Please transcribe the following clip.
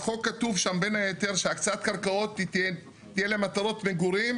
בחוק כתוב שם בין היתר שהקצאת קרקעות תהיה למטרות מגורים,